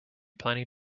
planning